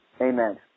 amen